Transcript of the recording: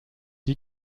die